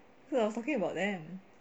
cause I was talking about them